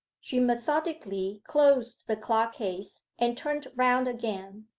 she methodically closed the clock-case and turned round again.